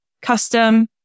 custom